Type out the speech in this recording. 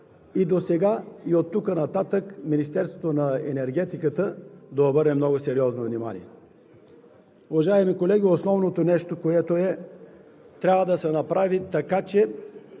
и досега и оттук нататък Министерството на енергетиката да обърне много сериозно внимание. Уважаеми колеги, основното нещо е, че трябва да се направи така, че